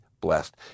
blessed